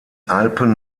alpen